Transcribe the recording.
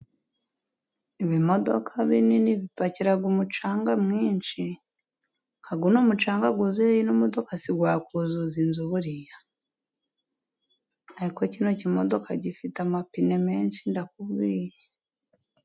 Ibimodoka binini bipakira umucanga mwinshi, nk'uyu mucanga wuzuye iyi modoka ntiwakuzuza inzu buriya? Ariko kino kimodoka gifite amapine menshi ndakubwiye!